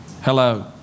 Hello